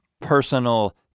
personal